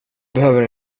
behöver